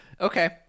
Okay